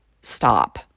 stop